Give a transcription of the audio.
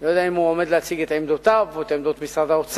אני לא יודע אם הוא עומד להציג את עמדותיו או את עמדות משרד האוצר,